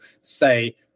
say